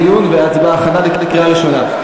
לטובת דיון והכנה לקריאה ראשונה.